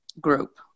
group